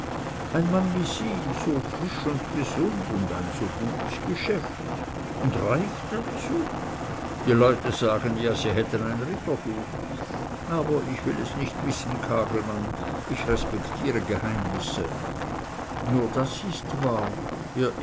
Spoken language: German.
ein mann wie sie so frisch und gesund und ein so gutes geschäft und reich dazu die leute sagen ja sie hätten ein rittergut aber ich will es nicht wissen kagelmann ich respektiere geheimnisse nur das ist wahr